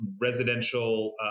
residential